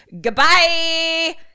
Goodbye